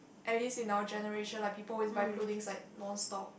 at least in our generation like people always buy clothings like non stop